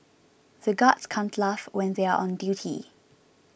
the guards can't laugh when they are on duty